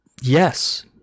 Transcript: Yes